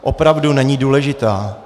Opravdu není důležitá.